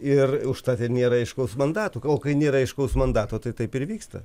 ir užtat ir nėra aiškaus mandato o kai nėra aiškaus mandato tai taip ir vyksta